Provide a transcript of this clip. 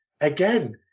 again